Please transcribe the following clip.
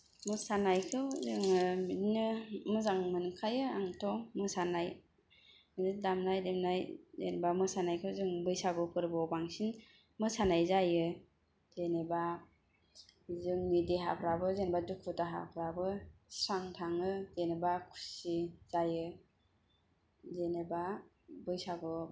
मोसानायखौ जोङो बिदिनो मोजां मोनखायो आंथ' मोसानाय बिदिनो दामनाय देनाय जेनेबा मोसानायखौ जों बैसागु फोरबोआव बांसिन मोसानाय जायो जेनेबा जोंनि देहाफ्राबो जेनेबा दुखु दाहाफ्राबो स्रां थाङो जेनेबा खुसि जायो जेनेबा बैसागु